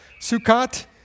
Sukkot